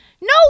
no